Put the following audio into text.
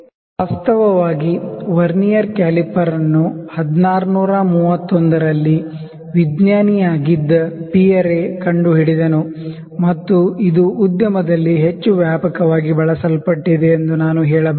ವಾಸ್ತವವಾಗಿ vernier caliper ಅನ್ನು 1631 ರಲ್ಲಿ ವಿಜ್ಞಾನಿ ಆಗಿದ್ದ ಪಿಯರೆ ಕಂಡುಹಿಡಿದನು ಮತ್ತು ಇದು ಉದ್ಯಮದಲ್ಲಿ ಹೆಚ್ಚು ವ್ಯಾಪಕವಾಗಿ ಬಳಸಲ್ಪಟ್ಟಿದೆ ಎಂದು ನಾನು ಹೇಳಬಲ್ಲೆ